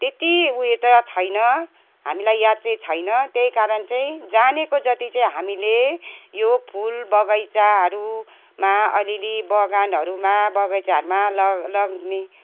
त्यत्ति उयो त छैन हामीलाई याद चाहिँ छैन त्यही कारण चाहिँ जानेको जत्ति चाहिँ हामीले यो फुल बगैँचाहरूमा अलिलि बगानहरूमा बगैँचाहरूमा ल लग्ने